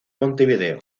montevideo